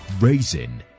raising